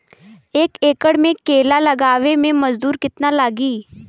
एक एकड़ में केला लगावे में मजदूरी कितना लागी?